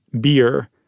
beer